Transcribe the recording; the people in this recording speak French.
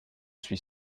suis